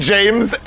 James